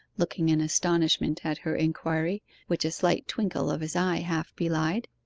looking an astonishment at her inquiry which a slight twinkle of his eye half belied.